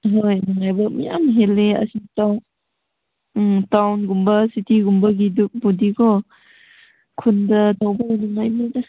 ꯍꯣꯏ ꯅꯨꯡꯉꯥꯏꯕ ꯃꯌꯥꯝ ꯍꯦꯜꯂꯦ ꯑꯁꯤꯗ ꯎꯝ ꯇꯥꯎꯟꯒꯨꯝꯕ ꯁꯤꯇꯤꯒꯨꯝꯕꯒꯤꯗꯨꯕꯨꯗꯤ ꯀꯣ ꯈꯨꯟꯗ ꯇꯧꯕꯅ ꯅꯨꯡꯉꯥꯏꯅꯤꯗ